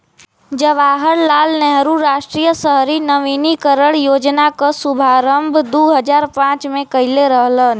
जवाहर लाल नेहरू राष्ट्रीय शहरी नवीनीकरण योजना क शुभारंभ दू हजार पांच में कइले रहलन